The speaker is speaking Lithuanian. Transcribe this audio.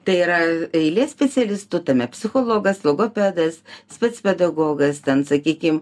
tai yra eilė specialistų tame psichologas logopedas specpedagogas ten sakykim